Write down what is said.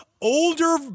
Older